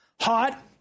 Hot